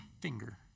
finger